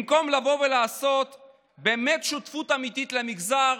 במקום לבוא ולעשות באמת שותפות אמיתית עם המגזר,